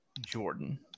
Jordan